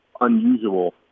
unusual